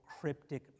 cryptic